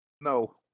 no